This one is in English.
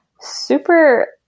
super